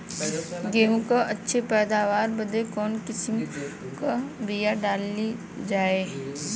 गेहूँ क अच्छी पैदावार बदे कवन किसीम क बिया डाली जाये?